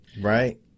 Right